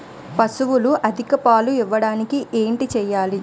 పశువులు అధిక పాలు ఇవ్వడానికి ఏంటి చేయాలి